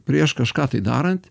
prieš kažką tai darant